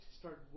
start